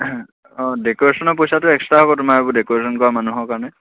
অঁ ডেকৰেশ্যনৰ পইচাটো এক্সট্ৰা হ'ব তোমাৰ এইবোৰ ডেকৰেশ্যন কৰা মানুহৰ কাৰণে